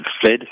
fled